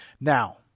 Now